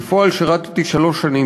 בפועל שירתי שלוש שנים,